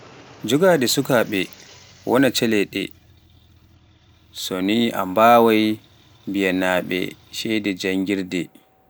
jogaade sukaaɓe wonaa caɗeele so ni a mbawaai mbiyanaaɓe shede janngirde.